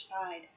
side